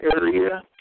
area